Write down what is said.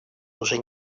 уже